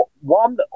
One